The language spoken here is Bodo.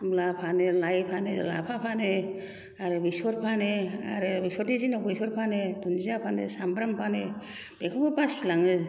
मुला फानो लाइ फानो लाफा फानो आरो बेसर फानो आरो बेसरनि दिनाव बेसर फानो दुन्दिया फानो सामब्राम फानो बेखौबो बासिलांबावो